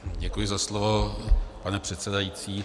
Děkuji za slovo, pane předsedající.